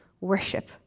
worship